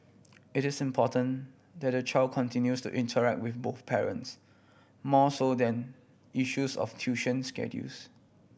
it is important that the child continues to interact with both parents more so than issues of tuition schedules